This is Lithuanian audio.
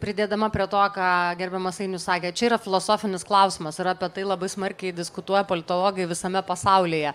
pridėdama prie to ką gerbiamas ainius sakė čia yra filosofinis klausimas ir apie tai labai smarkiai diskutuoja politologai visame pasaulyje